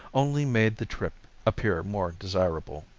only made the trip appear more desirable.